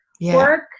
work